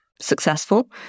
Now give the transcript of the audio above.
successful